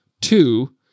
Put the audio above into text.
Two